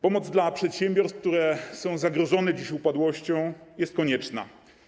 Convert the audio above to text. Pomoc dla przedsiębiorstw, które są dziś zagrożone upadłością, jest konieczna.